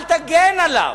אל תגן עליו.